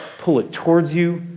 pull it towards you,